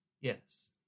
Yes